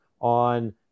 on